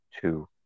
two